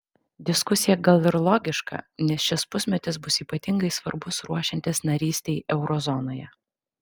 diskusija gal ir logiška nes šis pusmetis bus ypatingai svarbus ruošiantis narystei euro zonoje